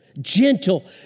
Gentle